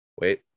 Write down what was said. Wait